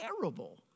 terrible